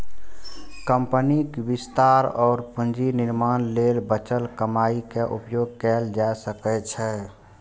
कंपनीक विस्तार और पूंजी निर्माण लेल बचल कमाइ के उपयोग कैल जा सकै छै